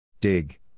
Dig